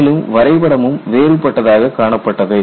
மேலும் வரைபடமும் வேறுபட்டதாக காணப்பட்டது